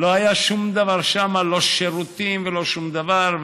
לא היה שום דבר שם, לא שירותים ולא שום דבר.